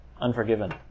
unforgiven